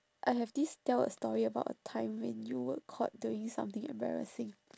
I have this tell a story about a time when you were caught doing something embarrassing